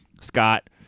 Scott